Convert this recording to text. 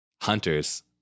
hunters